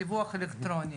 דיווח אלקטרוני,